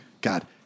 god